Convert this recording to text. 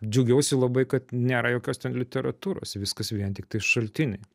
džiaugiausi labai kad nėra jokios ten literatūros viskas vien tiktai šaltiniai